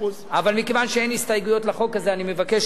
אבל מכיוון שאין הסתייגויות לחוק הזה אני מבקש